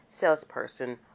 salesperson